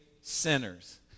sinners